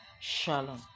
Shalom